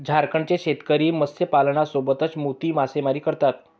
झारखंडचे शेतकरी मत्स्यपालनासोबतच मोती मासेमारी करतात